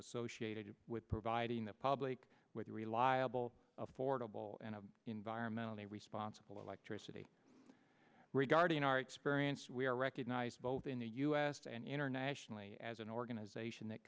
associated with providing the public with a reliable affordable and environmentally responsible electricity regarding our experience we are recognized both in the u s and internationally as an organization that